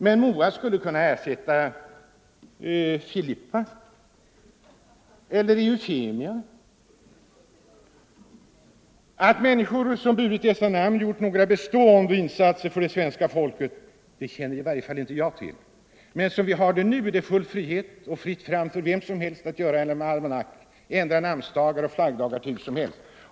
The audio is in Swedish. Men Moa skulle kunna ersätta Filippa eller Eufemia. Att människor som burit dessa namn gjort några bestående insatser för det svenska folket känner i varje fall inte jag till. Men som vi har det nu är det full frihet och fritt fram för vem som helst att göra en almanack — ändra namnsdagar och flaggdagar hur som helst.